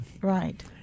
Right